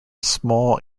small